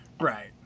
right